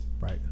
Right